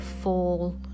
fall